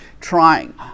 trying